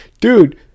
Dude